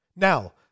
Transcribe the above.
Now